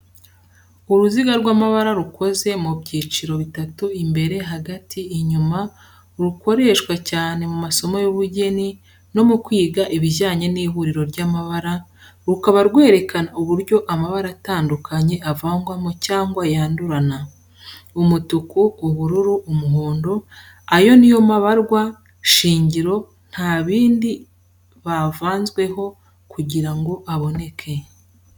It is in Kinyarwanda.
Uruziga rw’amabara rukoze mu byiciro bitatu imbere, hagati, inyuma, rukoreshwa cyane mu masomo y’ubugeni no mu kwiga ibijyanye n’ihuriro ry’amabara rukaba rwerekana uburyo amabara atandukanye avangwamo cyangwa yandurana. Umutuku ,ubururu, umuhondo ayo ni yo mabarwa shingiro nta bindi bavanzweho kugira ngo aboneke.